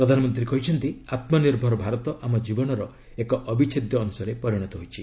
ପ୍ରଧାନମନ୍ତ୍ରୀ କହିଛନ୍ତି ଆତ୍ମ ନିର୍ଭର ଭାରତ ଆମ ଜୀବନର ଏକ ଅବିଚ୍ଛେଦ୍ୟ ଅଶରେ ପରିଣତ ହୋଇଛି